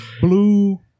blue